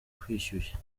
kwishyushya